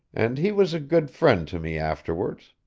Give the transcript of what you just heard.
and he was a good friend to me afterwards.